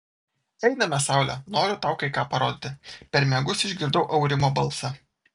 einame saule noriu tau kai ką parodyti per miegus išgirdau aurimo balsą